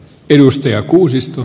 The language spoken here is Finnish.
arvoisa puhemies